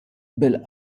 bil